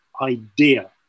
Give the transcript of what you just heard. idea